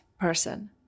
person